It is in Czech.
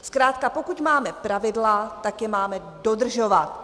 Zkrátka pokud máme pravidla, tak je máme dodržovat.